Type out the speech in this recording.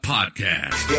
Podcast